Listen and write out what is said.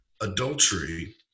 adultery